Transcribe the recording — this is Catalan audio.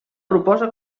proposa